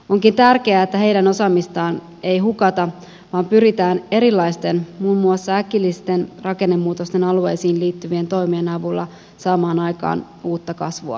onkin tärkeää että heidän osaamistaan ei hukata vaan pyritään erilaisten muun muassa äkillisten rakennemuutosten alueisiin liittyvien toimien avulla saamaan aikaan uutta kasvua ja työpaikkoja